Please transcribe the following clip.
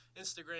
Instagram